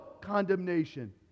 condemnation